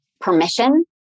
permission